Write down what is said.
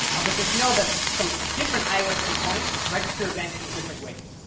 um but just know that some different ios components register events in different ways.